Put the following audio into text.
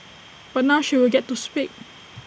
but now she will get to speak